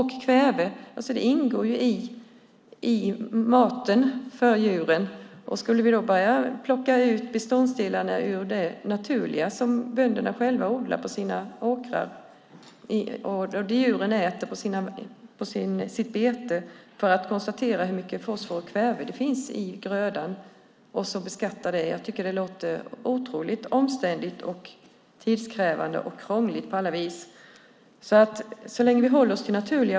Jag tycker att det låter otroligt omständligt, tidskrävande och krångligt på alla vis om vi skulle börja plocka ut beståndsdelarna ur det naturliga som bönderna själva odlar på sina åkrar och det som djuren äter på sitt bete för att konstatera hur mycket fosfor och kväve det finns i grödan och sedan beskatta det.